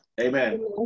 Amen